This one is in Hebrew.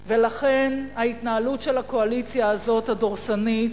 ולכן, ההתנהלות של הקואליציה הזאת, הדורסנית,